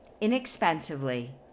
inexpensively